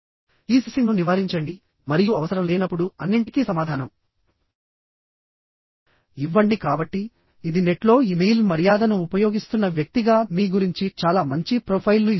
ఈ సిసింగ్ను నివారించండి మరియు అవసరం లేనప్పుడు అన్నింటికీ సమాధానం ఇవ్వండి కాబట్టి ఇది నెట్లో ఇమెయిల్ మర్యాదను ఉపయోగిస్తున్న వ్యక్తిగా మీ గురించి చాలా మంచి ప్రొఫైల్ను ఇస్తుంది